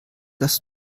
das